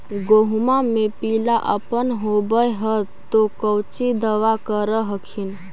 गोहुमा मे पिला अपन होबै ह तो कौची दबा कर हखिन?